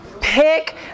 Pick